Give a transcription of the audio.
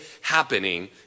happening